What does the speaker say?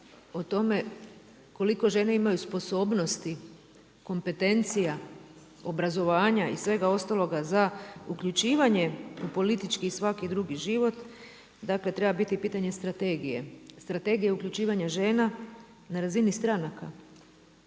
o tome koliko žene imaju sposobnosti kompetencija, obrazovanja i svega ostaloga za uključivanje u politički i svaki drugi život, dakle treba biti pitanje strategije. Strategija uključivanja žena na razini stranaka.